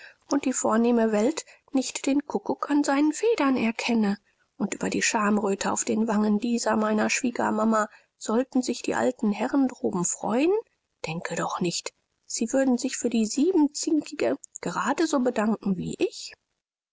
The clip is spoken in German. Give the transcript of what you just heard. und die vornehme welt nicht den kuckuck an seinen federn erkenne und über die schamröte auf den wangen dieser meiner schwiegermama sollten sich die alten herren droben freuen denke doch nicht sie würden sich für die siebenzinkige gerade so bedanken wie ich